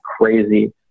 crazy